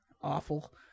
Awful